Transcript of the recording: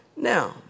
Now